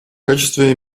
качестве